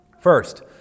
First